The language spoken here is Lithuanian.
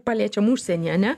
paliečiam užsienį ane